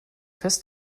fest